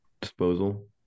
disposal